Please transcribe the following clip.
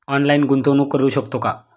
Online गुंतवणूक करू शकतो का?